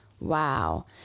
Wow